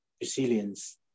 resilience